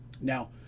Now